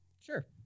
Sure